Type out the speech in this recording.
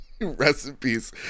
Recipes